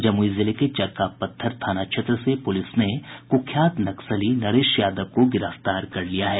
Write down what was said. जमुई जिले के चरका पत्थर थाना क्षेत्र से पुलिस ने कुख्यात नक्सली नरेश यादव को गिरफ्तार कर लिया है